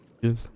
Yes